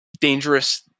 dangerous